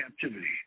captivity